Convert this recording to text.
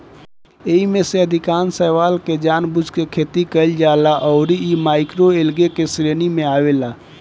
एईमे से अधिकांश शैवाल के जानबूझ के खेती कईल जाला अउरी इ माइक्रोएल्गे के श्रेणी में आवेला